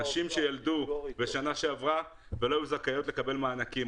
נשים שילדו בשנה שעברה ולא היו זכאיות לקבל מענקים.